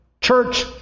church